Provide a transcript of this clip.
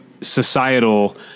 societal